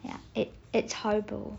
ya it it's horrible